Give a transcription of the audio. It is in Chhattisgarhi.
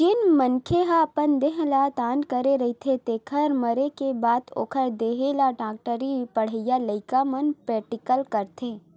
जेन मनखे ह अपन देह ल दान करे रहिथे तेखर मरे के बाद ओखर देहे ल डॉक्टरी पड़हइया लइका मन प्रेक्टिकल करथे